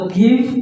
give